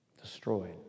destroyed